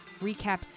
recap